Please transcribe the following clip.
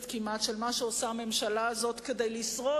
כמעט של מה שעושה הממשלה הזאת כדי לשרוד,